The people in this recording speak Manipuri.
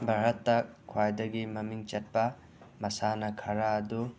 ꯚꯥꯔꯠꯇ ꯈ꯭ꯋꯥꯏꯗꯒꯤ ꯃꯃꯤꯡ ꯆꯠꯄ ꯃꯁꯥꯟꯅ ꯈꯔ ꯑꯗꯨ